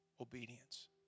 obedience